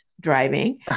driving